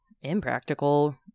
impractical